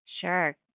Sure